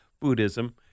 Buddhism